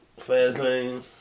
Fastlane